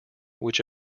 which